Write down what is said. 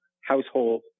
household